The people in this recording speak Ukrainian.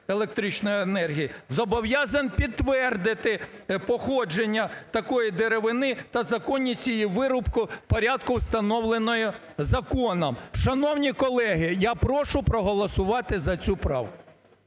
електричної енергії зобов'язаний підтвердити походження такої деревини та законність її вирубки в порядку, встановленому законом. Шановні колеги, я прошу проголосувати за цю правку.